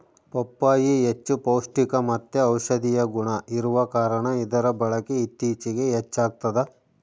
ಪಪ್ಪಾಯಿ ಹೆಚ್ಚು ಪೌಷ್ಟಿಕಮತ್ತೆ ಔಷದಿಯ ಗುಣ ಇರುವ ಕಾರಣ ಇದರ ಬಳಕೆ ಇತ್ತೀಚಿಗೆ ಹೆಚ್ಚಾಗ್ತದ